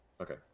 Okay